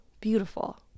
beautiful